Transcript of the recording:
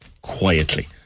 quietly